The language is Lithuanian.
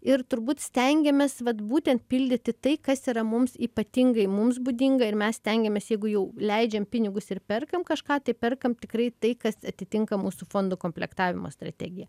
ir turbūt stengiamės vat būtent pildyti tai kas yra mums ypatingai mums būdinga ir mes stengiamės jeigu jau leidžiam pinigus ir perkam kažką tai perkam tikrai tai kas atitinka mūsų fondo komplektavimo strategij